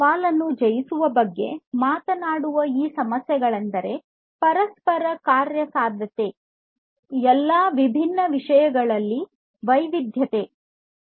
ಈ ಸವಾಲನ್ನು ಜಯಿಸುವ ಬಗ್ಗೆ ಮಾತನಾಡುವ ಈ ಸಮಸ್ಯೆಯೆಂದರೆ ಪರಸ್ಪರ ಕಾರ್ಯಸಾಧ್ಯತೆ ಎಲ್ಲಾ ವಿಭಿನ್ನ ವಿಷಯಗಳಲ್ಲಿ ವೈವಿಧ್ಯತೆ ಇರುವುದು